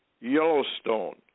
Yellowstone